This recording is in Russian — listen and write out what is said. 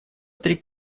три